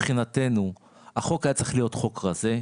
מבחינתנו החוק היה צריך להיות חוק רזה.